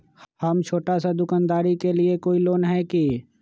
हम छोटा सा दुकानदारी के लिए कोई लोन है कि?